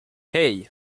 hey